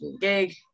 gig